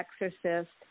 exorcist